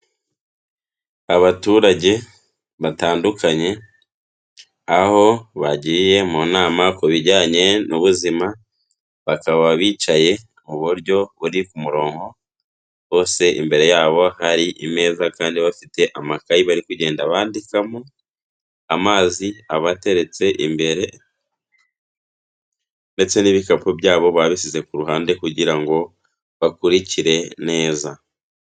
Abaturage batandukanye aho bagiye mu nama ku bijyanye n'ubuzima bakaba bicaye mu buryo buri ku murongo, bose imbere yabo hari imeza kandi bafite amakayi bari kugenda bandikamo, amazi abateretse imbere ndetse n'ibikapu byabo babisize ku ruhande kugira ngo bakurikire neza.